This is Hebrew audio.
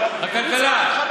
הכלכלה,